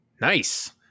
Nice